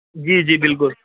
جی جی بالکل